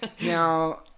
Now